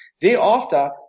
Thereafter